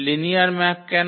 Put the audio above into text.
linear map কেন